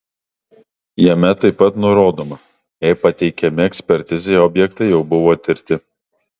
jame taip pat nurodoma jei pateikiami ekspertizei objektai jau buvo tirti